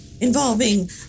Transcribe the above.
Involving